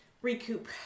recoup